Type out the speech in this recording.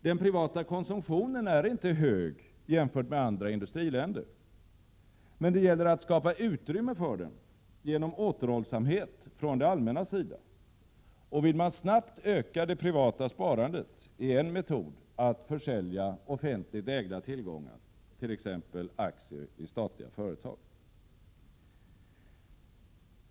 Den privata konsumtionen är inte hög jämfört med andra industriländers konsumtion. Det gäller emellertid att skapa utrymme för den genom återhållsamhet från det allmännas sida. Vill man snabbt öka det privata sparandet är en metod att försälja offentligt ägda tillgångar, t.ex. aktier i statliga företag.